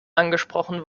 angesprochen